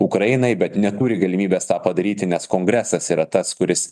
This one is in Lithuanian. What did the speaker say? ukrainai bet neturi galimybės tą padaryti nes kongresas yra tas kuris